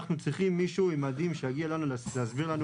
אנחנו צריכים מישהו עם מדים שיגיע אלינו ויסביר לנו